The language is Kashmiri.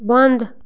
بنٛد